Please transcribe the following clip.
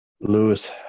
Lewis